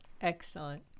Excellent